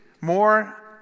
more